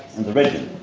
and the region.